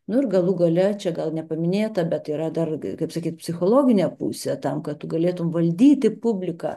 nu ir galų gale čia gal nepaminėta bet yra dar kaip sakyt psichologinė pusė tam kad galėtų valdyti publiką